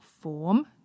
form